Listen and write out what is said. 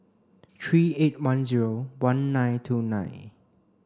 three eight one zero one nine two nine